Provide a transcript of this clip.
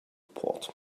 port